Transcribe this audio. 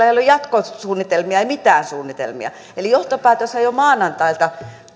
ei ole jatkosuunnitelmia ei mitään suunnitelmia johtopäätöshän jo maanantailta